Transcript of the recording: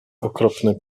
okropny